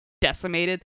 decimated